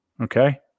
Okay